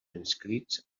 inscrits